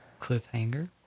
Cliffhanger